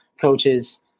coaches